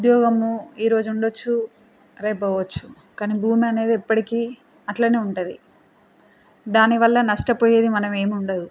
ఉద్యోగము ఈరోజు ఉండవచ్చు రేపు పోవచ్చు కానీ భూమి అనేది ఎప్పటికీ అట్లనే ఉంటుంది దానివల్ల నష్టపోయేది మనం ఏం ఉండదు